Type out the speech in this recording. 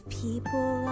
people